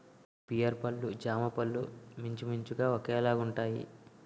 pear పళ్ళు జామపళ్ళు మించుమించుగా ఒకేలాగుంటాయి